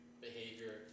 behavior